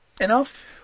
enough